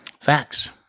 Facts